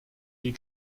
die